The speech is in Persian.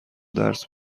درس